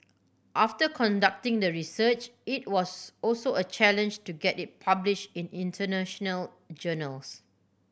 after conducting the research it was also a challenge to get it publish in international journals